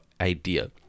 idea